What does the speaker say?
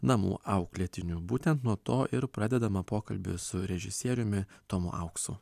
namų auklėtiniu būtent nuo to ir pradedama pokalbiu su režisieriumi tomu auksu